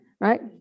Right